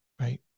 right